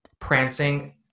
prancing